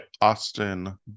Austin